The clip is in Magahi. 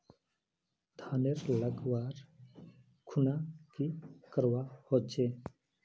धानेर लगवार खुना की करवा होचे?